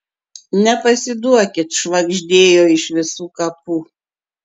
nepasiduokit švagždėjo iš visų kapų